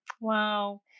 Wow